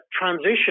transition